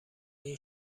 این